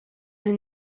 des